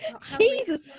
Jesus